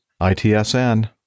ITSN